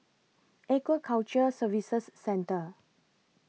Aquaculture Services Centre